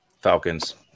Falcons